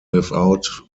without